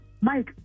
Mike